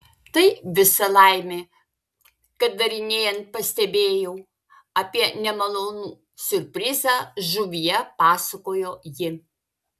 tai visa laimė kad darinėjant pastebėjau apie nemalonų siurprizą žuvyje pasakojo ji